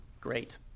great